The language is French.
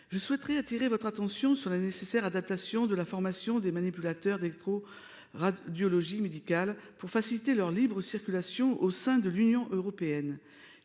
la ministre, j'attire votre attention sur la nécessaire adaptation de la formation des manipulateurs d'électroradiologie médicale (MEM) afin de faciliter leur libre circulation au sein de l'Union européenne.